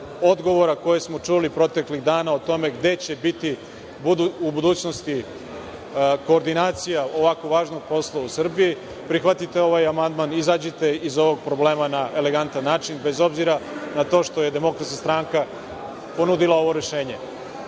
odgovora koje smo čuli proteklih dana o tome gde će biti u budućnosti koordinacija ovako važnog posla u Srbiji. Prihvatite ovaj amandman, izađite iz ovog problema na elegantan način, bez obzira na to što je DS ponudila ovo rešenje.